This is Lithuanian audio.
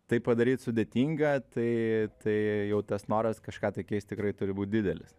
tai padaryt sudėtinga tai tai jau tas noras kažką tai keist tikrai turi būt didelis